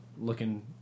looking